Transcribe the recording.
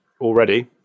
already